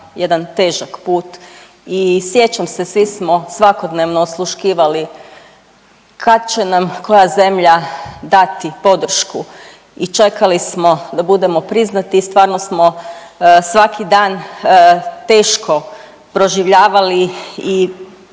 jedan težak put i sjećam se svi smo svakodnevno osluškivali kad će nam koja zemlja dati podršku i čekali smo da budemo priznati i stvarno smo svaki dan teško proživljavali i